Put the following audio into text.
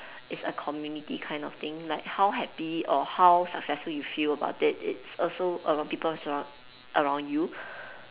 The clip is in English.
it's a community kind of thing like how happy or how successful you feel about it it's also about people surround~ around you